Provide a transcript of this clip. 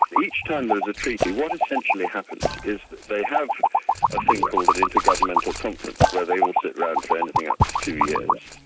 each time there is a treaty what essentially happens is that they have a thing called an intergovernmental conference where they all sit around for anything up to two years,